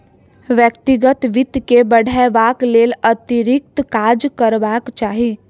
व्यक्तिगत वित्त के बढ़यबाक लेल अतिरिक्त काज करबाक चाही